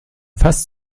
fast